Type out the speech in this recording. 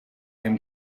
him